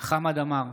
חמד עמאר,